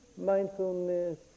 mindfulness